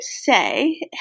say